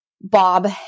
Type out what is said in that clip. Bob